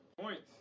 Points